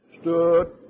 stood